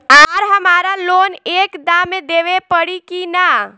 आर हमारा लोन एक दा मे देवे परी किना?